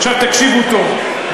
עכשיו תקשיבו טוב,